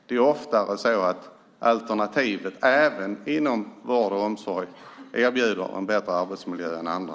Det är oftare så att alternativen, även inom vård och omsorg, erbjuder en bättre arbetsmiljö än andra.